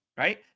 Right